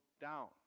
down